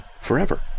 forever